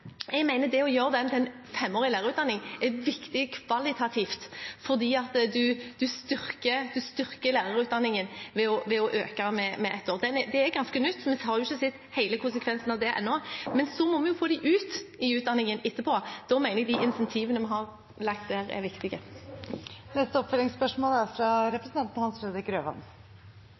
Jeg mener at det å gjøre lærerutdanningen femårig er viktig kvalitativt fordi en styrker lærerutdanningen ved å øke den med ett år. Det er ganske nytt, vi har ikke sett hele konsekvensen av det ennå, men vi må få dem ut i yrket etterpå, og da mener jeg de incentivene vi har lagt der, er viktige. Hans Fredrik Grøvan – til oppfølgingsspørsmål. Presidenten er